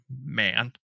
man